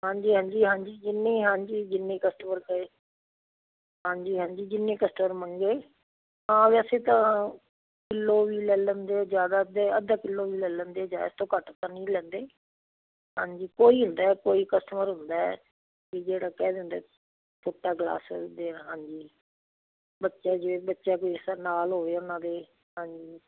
ਹਾਂਜੀ ਹਾਂਜੀ ਹਾਂਜੀ ਜਿੰਨੀ ਹਾਂਜੀ ਜਿੰਨੀ ਕਸਟਮਰ ਕਹੇ ਹਾਂਜੀ ਹਾਂਜੀ ਜਿੰਨੀ ਕਸਟਮਰ ਮੰਗੇ ਤਾਂ ਵੈਸੇ ਤਾਂ ਕਿੱਲੋ ਵੀ ਲੈ ਲੈਂਦੇ ਜ਼ਿਆਦਾ ਤਾਂ ਅੱਧਾ ਕਿੱਲੋ ਵੀ ਲੈ ਲੈਂਦੇ ਜਾਂ ਇਸ ਤੋਂ ਘੱਟ ਤਾਂ ਨਹੀਂ ਲੈਂਦੇ ਹਾਂਜੀ ਕੋਈ ਹੁੰਦਾ ਕੋਈ ਕਸਟਮਰ ਹੁੰਦਾ ਕਿ ਜਿਹੜਾ ਕਹਿ ਦਿੰਦੇ ਛੋਟਾ ਗਿਲਾਸ ਦਓ ਹਾਂਜੀ ਬੱਚੇ ਜੇ ਬੱਚਾ ਕੋਈ ਸਰ ਨਾਲ ਹੋਵੇ ਉਹਨਾਂ ਦੇ ਹਾਂਜੀ